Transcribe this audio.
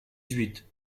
huit